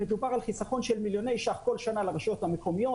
מדובר על חיסכון של מיליוני שקלים כל שנה לרשויות המקומיות,